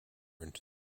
into